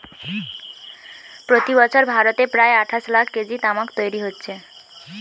প্রতি বছর ভারতে প্রায় আটশ লাখ কেজি তামাক তৈরি হচ্ছে